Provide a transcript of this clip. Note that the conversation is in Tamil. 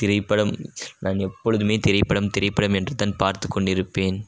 திரைப்படம் நான் எப்பொழுதுமே திரைப்படம் திரைப்படம் என்றுதான் பார்த்து கொண்டு இருப்பேன்